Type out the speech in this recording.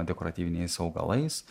dekoratyviniais augalais